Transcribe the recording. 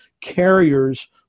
carriers